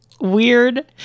weird